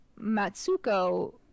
Matsuko